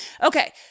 Okay